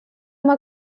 uma